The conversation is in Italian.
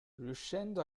riuscendo